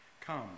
Come